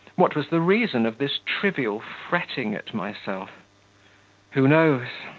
what was the reason of this trivial fretting at myself who knows?